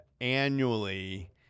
annually